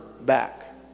back